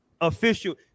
official